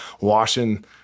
washing